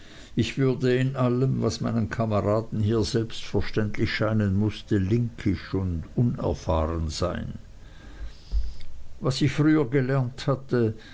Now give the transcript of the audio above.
ich würde in allem was meinen kameraden hier selbstverständlich scheinen mußte linkisch und unerfahren sein was ich früher gelernt hatte